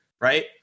right